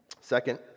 Second